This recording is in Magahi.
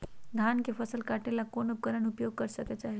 धान के फसल काटे ला कौन उपकरण उपयोग करे के चाही?